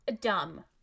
dumb